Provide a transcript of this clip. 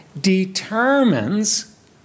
determines